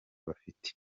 bafite